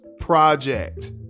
project